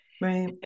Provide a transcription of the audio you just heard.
Right